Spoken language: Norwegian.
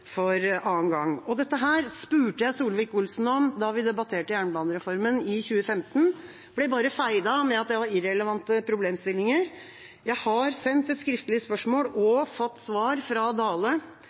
for andre gang. Dette spurte jeg Solvik-Olsen om da vi debatterte jernbanereformen i 2015. Jeg ble bare avfeid med at det var irrelevante problemstillinger. Jeg har sendt et skriftlig spørsmål og